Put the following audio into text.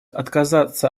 отказаться